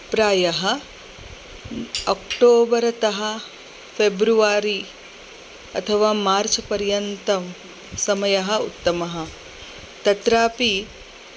प्रायः अक्टोबर्तः फे़ब्रुवारि अथवा मार्च् पर्यन्तं समयः उत्तमः तत्रापि